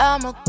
I'ma